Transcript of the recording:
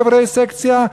היבסקציה,